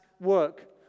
work